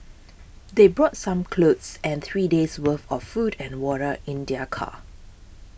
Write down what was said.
they brought some clothes and three days' worth of food and water in their car